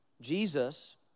Jesus